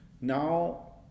Now